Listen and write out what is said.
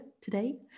today